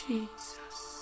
Jesus